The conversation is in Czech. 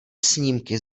snímky